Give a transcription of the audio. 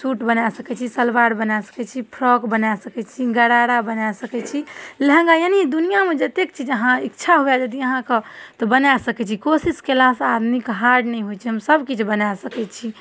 suit बना सकै छी सलवार बना सकै छी फ्रॉक बना सकै छी गरारा बना सकै छी लहँगा यानी दुनिआमे जतेक चीज अहाँ इच्छा हुअए यदि अहाँके तऽ बना सकै छी कोशिश कएलासँ आदमीके हार नहि होइ छै हमसभ किछु बना सकै छी